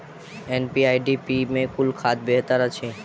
NPK आ DAP मे कुन खाद बेहतर अछि?